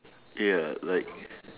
ya like